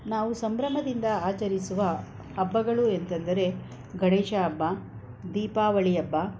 ನಾವು ಸಂಭ್ರಮದಿಂದ ಆಚರಿಸುವ ಹಬ್ಬಗಳು ಎಂತೆಂದರೆ ಗಣೇಶ ಹಬ್ಬ ದೀಪಾವಳಿ ಹಬ್ಬ